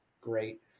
great